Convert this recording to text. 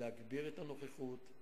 להגביר את הנוכחות,